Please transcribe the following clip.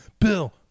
Bill